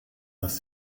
dass